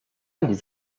les